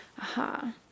Aha